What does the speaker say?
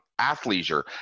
athleisure